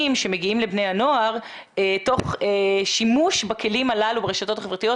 שמגיעים לבני הנוער תוך שימוש בכלים הללו ברשתות החברתיות.